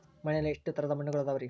ಮಣ್ಣಿನಲ್ಲಿ ಎಷ್ಟು ತರದ ಮಣ್ಣುಗಳ ಅದವರಿ?